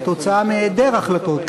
כתוצאה מהיעדר החלטות,